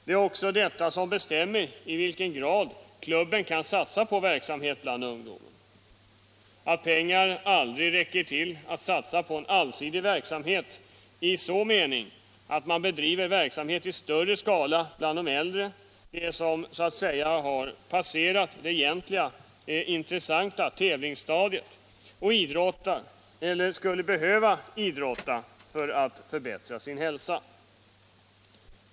Det är också detta som bestämmer i vilken grad klubben kan satsa på verksamhet bland ungdomen. Pengarna räcker heller aldrig till för att satsa på en allsidig verksamhet i den meningen att man bedriver arbete i större skala bland de äldre —- de som så att säga har passerat det intressanta tävlingsstadiet men som idrottar eller skulle behöva idrotta för att förbättra sin hälsa.